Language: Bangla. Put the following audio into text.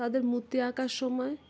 তাদের মূর্তি আঁকার সময়